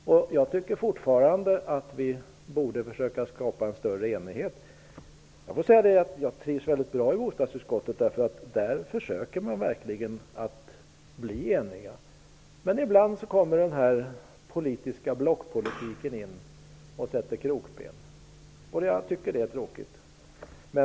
Fortfarande tycker jag att vi borde försöka skapa större enighet. Jag vill säga att jag trivs väldigt bra i bostadsutskottet, för där försöker vi verkligen att bli eniga, men ibland kommer blockpolitiken in och sätter krokben, vilket jag tycker är tråkigt.